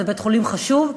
זה בית-חולים חשוב,